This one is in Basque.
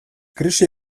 krisi